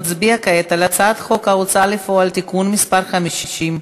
נצביע כעת על הצעת חוק ההוצאה לפועל (תיקון מס' 50)